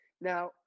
Now